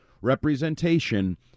representation